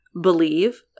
believe